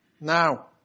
Now